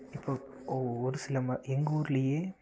இப்போ ஒரு சில ம எங்கூர்லேயே